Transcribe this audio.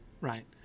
right